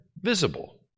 visible